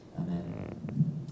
Amen